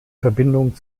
verbindung